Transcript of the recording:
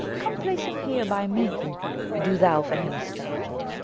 come place him here by me do thou for him stand.